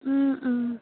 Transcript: Om Om